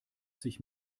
sich